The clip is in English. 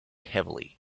heavily